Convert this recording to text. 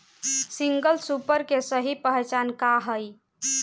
Single super के सही पहचान का हई?